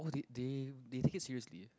oh they they they take it seriously